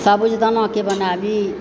साबूदानाके बनाबी